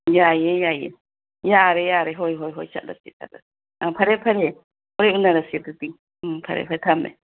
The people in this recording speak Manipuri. ꯌꯥꯏꯌꯦ ꯌꯥꯏꯌꯦ ꯌꯥꯔꯦ ꯌꯥꯔꯦ ꯏ ꯍꯣꯏ ꯍꯣꯏ ꯆꯠꯂꯁꯤ ꯆꯠꯂ ꯐꯔꯦ ꯐꯔꯦ ꯍꯣꯔꯦꯟ ꯎꯅꯔꯁꯤ ꯑꯗꯨꯗꯤ ꯐꯔꯦ ꯐꯔꯦ ꯊꯝꯃꯦ